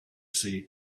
see